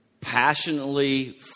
passionately